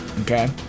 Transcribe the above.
Okay